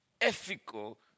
ethical